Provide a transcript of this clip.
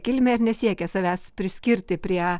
kilmę ir nesiekė savęs priskirti prie